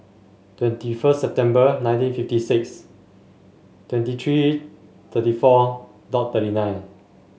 twenty first September nineteen fifty six twenty three thirty four dot thirty nine